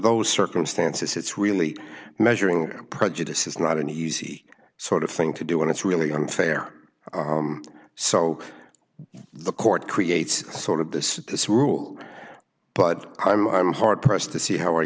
those circumstances it's really measuring prejudice is not an easy sort of thing to do and it's really unfair on so the court creates sort of this is this rule but i'm hard pressed to see how